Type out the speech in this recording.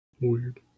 Weird